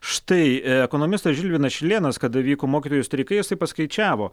štai ekonomistas žilvinas šilėnas kada vyko mokytojų streikai jisai paskaičiavo